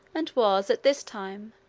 and was, at this time,